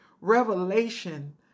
revelation